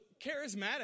charismatic